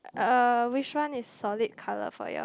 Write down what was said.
uh which one is solid color for yours